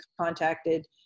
contacted